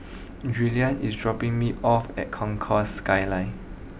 Julien is dropping me off at Concourse Skyline